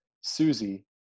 Susie